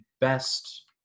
best